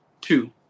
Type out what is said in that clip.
Two